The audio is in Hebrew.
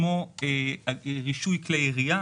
יש גם נושאים שקשורים למשרד עצמו כמו רישוי כלי ירייה,